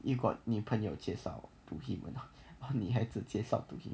you got 女朋友介绍 to him or not or 女孩子介绍 to him